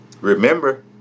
Remember